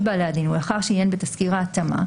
בעלי הדין ולאחר שעיין בתסקיר ההתאמה,